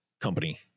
company